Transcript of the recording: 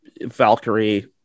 Valkyrie